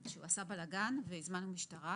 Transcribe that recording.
שהוא עשה בלגן והזמנו משטרה.